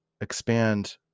expand